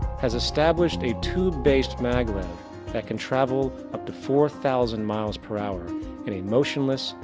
has established a tube-based mag-lev that can travel up to four thousand miles per hour in a motionless,